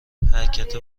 حرکت